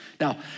Now